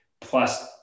plus